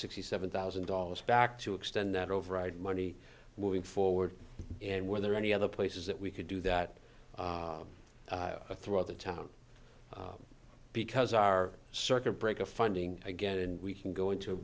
sixty seven thousand dollars back to extend that override money moving forward and were there any other places that we could do that throughout the town because our circuit breaker funding again and we can go into